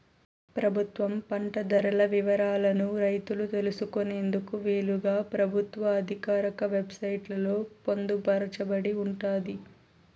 ప్రభుత్వం పంట ధరల వివరాలను రైతులు తెలుసుకునేందుకు వీలుగా ప్రభుత్వ ఆధికారిక వెబ్ సైట్ లలో పొందుపరచబడి ఉంటాది